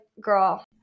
girl